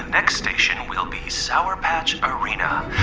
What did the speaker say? next station will be sour patch arena.